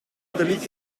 unterliegt